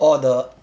orh the